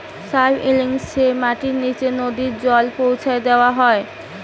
sub ইর্রিগেশনে মাটির নিচে নদী জল পৌঁছা দেওয়া হয়